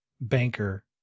banker